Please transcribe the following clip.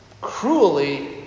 cruelly